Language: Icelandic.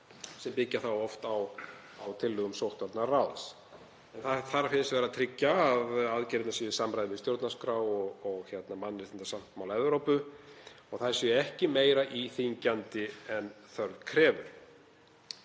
sem byggja þá oft á tillögum sóttvarnaráðs. Það þarf hins vegar að tryggja að aðgerðirnar séu í samræmi við stjórnarskrá og mannréttindasáttmála Evrópu og þær séu ekki meira íþyngjandi en þörf krefur.